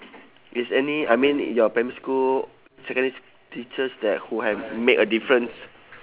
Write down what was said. is any I mean in your primary school secondary s~ teachers that who have make a difference